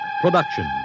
production